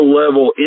level